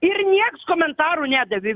ir nieks komentarų nedavė